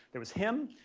there was him.